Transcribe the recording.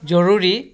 জৰুৰী